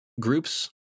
groups